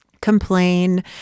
Complain